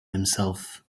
himself